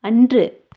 அன்று